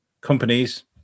companies